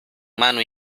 mano